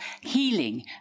healing